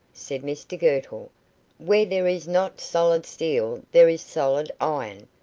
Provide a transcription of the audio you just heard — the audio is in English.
said mr girtle where there is not solid steel there is solid iron,